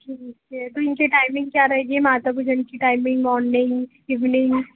ठीक है तो इनके टाइमिंग क्या रहेगी माता भजन की टाइमिंग मॉर्निंग इविनिंग